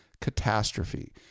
catastrophe